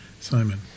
Simon